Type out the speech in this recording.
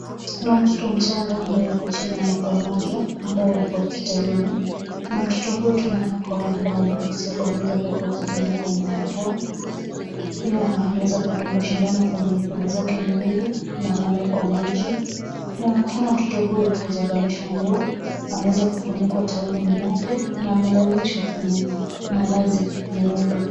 Kuna mtoto mchanga ambaye ako chini ya mwaka mmoja ambaye ako hospitalini na mtoto huyu twaona ako hali mbaya kwa sababu ameweza kuwekwa oksijeni kwenye mapua, pia ameweza kudungwa sindano kwenye mikono zake miwili na amewekwa maji, na twaona mtoto huyu hajavalishwa nguo ameweza kufunikwa taulo nyeupe na amelalishwa kwenye malazi meupe.